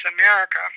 America